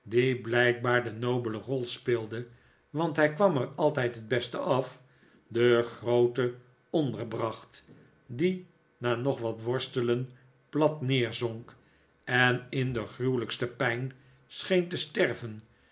blijkbaar de nobele rol speelde want hij kwam er altijd het beste af den grooten ten onder bracht die na nog wat worstelen plat neerzonk en in de gruwelijkste pijn scheen te sterven